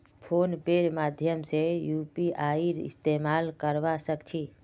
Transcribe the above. phone पेर माध्यम से यूपीआईर इस्तेमाल करवा सक छी